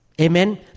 Amen